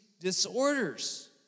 disorders